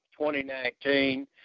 2019